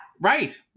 Right